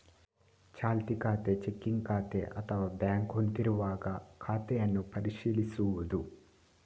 ಚಾಲ್ತಿ ಖಾತೆ, ಚೆಕ್ಕಿಂಗ್ ಖಾತೆ ಅಥವಾ ಬ್ಯಾಂಕ್ ಹೊಂದಿರುವಾಗ ಖಾತೆಯನ್ನು ಪರಿಶೀಲಿಸುವುದು